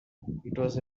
was